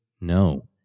no